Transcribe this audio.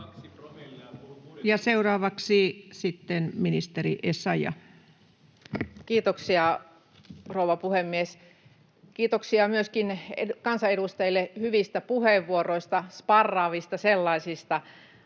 seuraavaksi ministeri Essayah. Kiitoksia, rouva puhemies! Kiitoksia myöskin kansanedustajille hyvistä puheenvuoroista, sparraavista sellaisista.